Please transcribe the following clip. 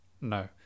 No